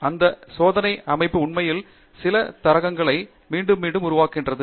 அந்த சோதனை அமைப்பு உண்மையில் சில தரங்களை மீண்டும் மீண்டும் உருவாக்குகிறது